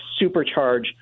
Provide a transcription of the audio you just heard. supercharge